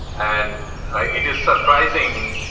and it is surprising,